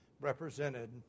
represented